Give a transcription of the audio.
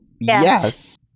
yes